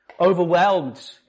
overwhelmed